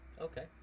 Okay